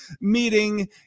meeting